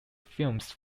films